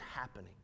happening